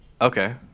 Okay